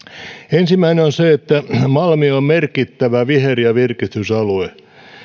ensimmäinen on se että malmi on merkittävä viher ja virkistysalue